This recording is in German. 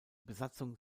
besatzung